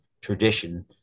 tradition